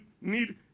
need